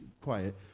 quiet